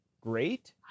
great